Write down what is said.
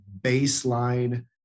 baseline